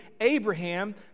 Abraham